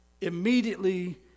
Immediately